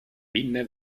pinne